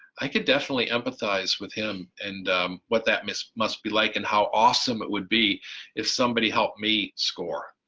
i could definitely empathize with him. and what that must must be like and how awesome it would be if somebody helped me score,